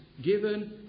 Given